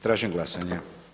Tražim glasanje.